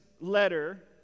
letter